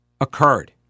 occurred